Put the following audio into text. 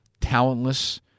talentless